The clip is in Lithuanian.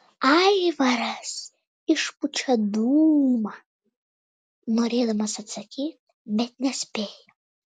aivaras išpučia dūmą norėdamas atsakyti bet nespėja